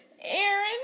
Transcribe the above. Aaron